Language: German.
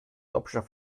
hauptstadt